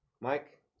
Mike